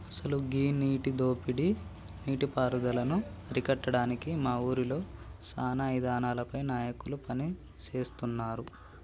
అసలు గీ నీటి దోపిడీ నీటి పారుదలను అరికట్టడానికి మా ఊరిలో సానా ఇదానాలపై నాయకులు పని సేస్తున్నారు